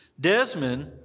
Desmond